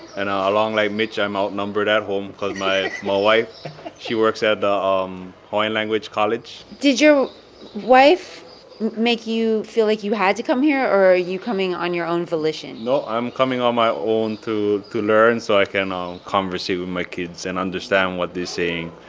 and along like mitch, i'm outnumbered at home cause my my wife she works at the um hawaiian language college did your wife make you feel like you had to come here? or are you coming on your own volition? no, i'm coming on my own to to learn so i can conversate with my kids and understand what they're saying,